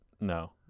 no